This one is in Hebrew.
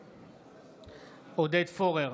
בעד עודד פורר,